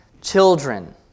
Children